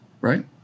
right